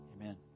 Amen